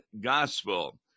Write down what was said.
Gospel